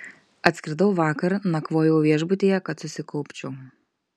atskridau vakar nakvojau viešbutyje kad susikaupčiau